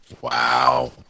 wow